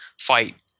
fight